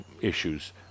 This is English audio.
issues